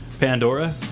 Pandora